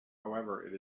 however